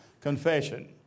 confession